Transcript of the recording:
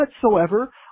whatsoever